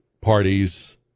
parties